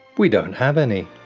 we don't have any.